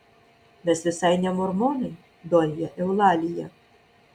mes visai ne mormonai donja eulalija